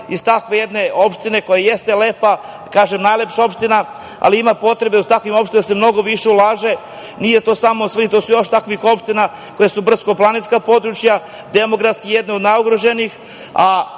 iz takve jedne opštine, koja jeste lepa, kažem najlepša opština, ali ima potrebe da se u takve opštine mnogo više ulaže. Nije to samo Svrljig, ima još takvih opština koje su brdsko-planinska područja, demografski jedno od najugroženijih,